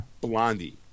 Blondie